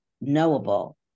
knowable